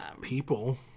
people